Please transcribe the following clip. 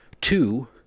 two